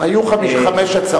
היו חמש הצעות.